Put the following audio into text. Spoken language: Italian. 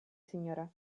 signora